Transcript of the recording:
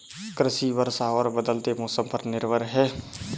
कृषि वर्षा और बदलते मौसम पर निर्भर है